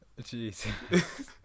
Jeez